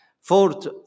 fourth